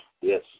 Yes